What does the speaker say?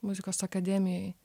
muzikos akademijoje